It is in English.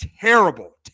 terrible